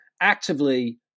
actively